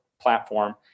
platform